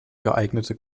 geeignete